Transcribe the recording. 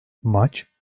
maç